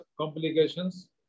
complications